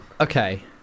Okay